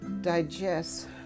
digest